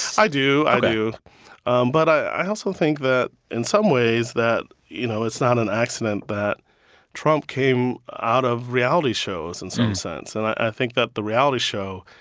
i do. i do ok um but i also think that in some ways that, you know, it's not an accident that trump came out of reality shows, in some sense. and i think that the reality show,